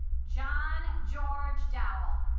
john george dowel